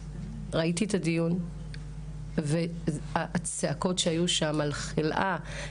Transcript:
ראיתי את הדיון והצעקות שהיו שם: חלאה,